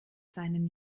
seinen